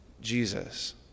Jesus